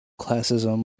classism